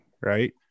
right